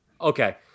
Okay